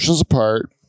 Apart